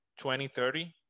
2030